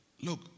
Look